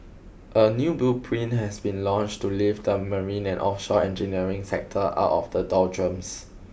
a new blueprint has been launched to lift the marine and offshore engineering sector out of the doldrums